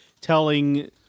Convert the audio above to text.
telling